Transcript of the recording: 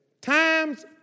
Time's